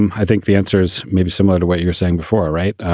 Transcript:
and i think the answers may be similar to what you're saying before, right.